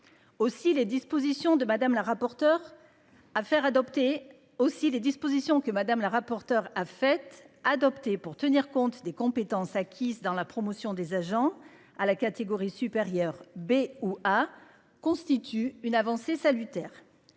aussi les dispositions que Madame la rapporteure a fait adopter pour tenir compte des compétences acquises dans la promotion des agents à la catégorie supérieure. Bé ou ah constitue une avancée salutaire.